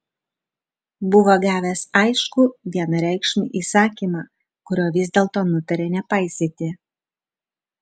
buvo gavęs aiškų vienareikšmį įsakymą kurio vis dėlto nutarė nepaisyti